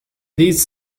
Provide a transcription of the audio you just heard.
these